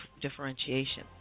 differentiation